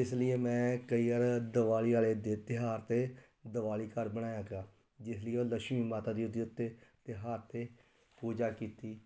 ਇਸ ਲਈ ਮੈਂ ਕਈ ਵਾਰ ਦਿਵਾਲੀ ਵਾਲੇ ਦਿਨ ਤਿਉਹਾਰ 'ਤੇ ਦਿਵਾਲੀ ਘਰ ਬਣਾਇਆ ਗਿਆ ਜਿਸ ਲਈ ਉਹ ਲਛਮੀ ਮਾਤਾ ਦੀ ਉਹਦੇ ਉੱਤੇ ਤਿਉਹਾਰ 'ਤੇ ਪੂਜਾ ਕੀਤੀ